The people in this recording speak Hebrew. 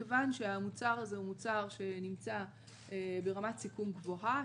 מכיוון שהמוצר הזה הוא מוצר שנמצא ברמת סיכון גבוהה,